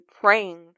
praying